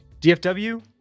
DFW